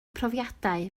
profiadau